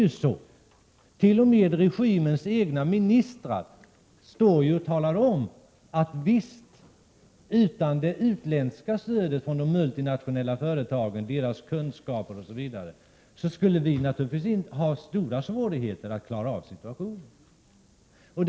T. o. m. regimens egna ministrar har sagt att man utan det utländska stödet från multinationella företag och deras kunskaper m.m. skulle ha stora svårigheter att klara av situationen.